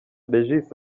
regis